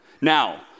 Now